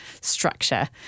structure